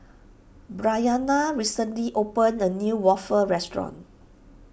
Bryanna recently opened a new Waffle restaurant